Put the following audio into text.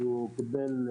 נפטר.